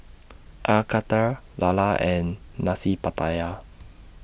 Air Karthira Lala and Nasi Pattaya